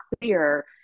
clear